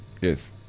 Yes